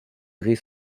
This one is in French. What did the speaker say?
ris